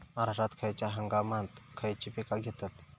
महाराष्ट्रात खयच्या हंगामांत खयची पीका घेतत?